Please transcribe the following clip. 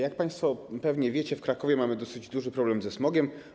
Jak państwo pewnie wiecie, w Krakowie mamy dosyć duży problem ze smogiem.